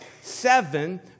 seven